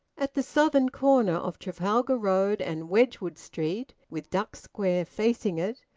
at the southern corner of trafalgar road and wedgwood street, with duck square facing it,